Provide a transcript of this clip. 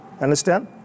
Understand